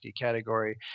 category